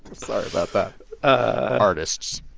sorry about that artists